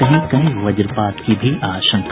कहीं कहीं वज्रपात की भी आशंका